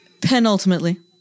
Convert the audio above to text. Penultimately